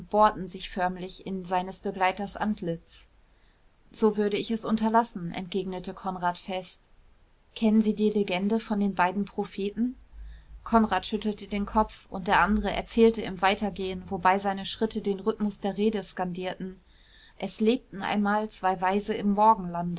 bohrten sich förmlich in seines begleiters antlitz so würde ich es unterlassen entgegnete konrad fest kennen sie die legende von den beiden propheten konrad schüttelte den kopf und der andere erzählte im weitergehen wobei seine schritte den rhythmus der rede skandierten es lebten einmal zwei weise im morgenlande